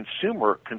consumer